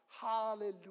Hallelujah